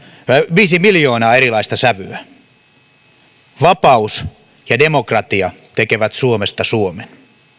viisi miljoonaa erilaista sävyä vapaus ja demokratia tekevät suomesta suomen